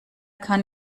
kann